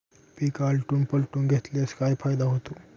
पीक आलटून पालटून घेतल्यास काय फायदा होतो?